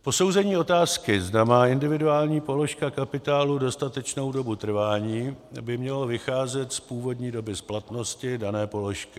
Posouzení otázky, zda má individuální položka kapitálu dostatečnou dobu trvání, by mělo vycházet z původní doby splatnosti dané položky.